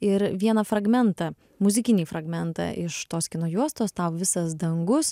ir vieną fragmentą muzikinį fragmentą iš tos kino juostos tau visas dangus